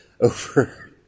over